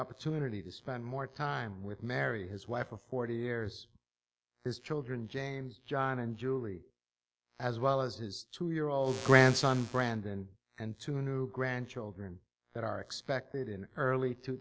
opportunity to spend more time with mary his wife of forty years his children james john and julie as well as his two year old grandson brandon and two new grandchildren that are expected in early two